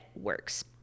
works